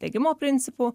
degimo principu